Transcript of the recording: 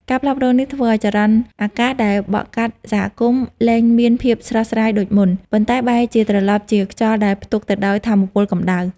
ការផ្លាស់ប្តូរនេះធ្វើឱ្យចរន្តអាកាសដែលបក់កាត់សហគមន៍លែងមានភាពស្រស់ស្រាយដូចមុន ប៉ុន្តែបែរជាត្រឡប់ជាខ្យល់ដែលផ្ទុកទៅដោយថាមពលកម្ដៅ។